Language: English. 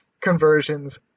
conversions